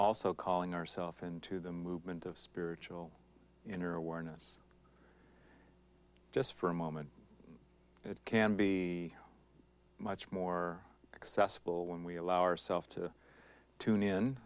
also calling ourself into the movement of spiritual inner awareness just for a moment it can be much more accessible when we allow our self to tune in